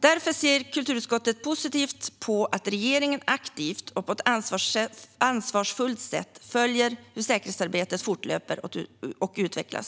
Därför ser kulturutskottet positivt på att regeringen aktivt och på ett ansvarsfullt sätt följer hur säkerhetsarbetet fortlöper och utvecklas.